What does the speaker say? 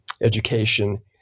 education